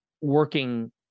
working